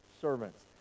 servants